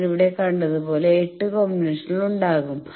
ഞാൻ ഇവിടെ കണ്ടതുപോലെ എട്ട് കോമ്പിനേഷനുകൾ ഉണ്ടാകും